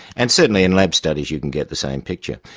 and certainly in lab studies you can get the same picture.